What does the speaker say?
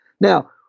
Now